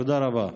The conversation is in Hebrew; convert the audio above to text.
תודה רבה.